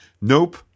nope